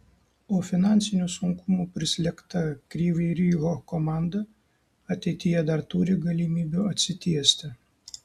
o finansinių sunkumų prislėgta kryvyj riho komanda ateityje dar turi galimybių atsitiesti